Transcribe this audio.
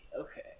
Okay